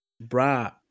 bra